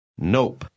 Nope